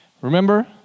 Remember